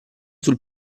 sul